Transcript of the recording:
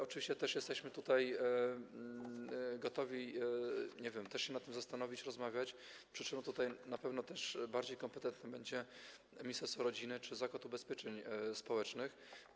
Oczywiście jesteśmy tutaj gotowi też się nad tym zastanowić, rozmawiać, przy czym tutaj na pewno bardziej kompetentne będzie ministerstwo rodziny czy Zakład Ubezpieczeń Społecznych.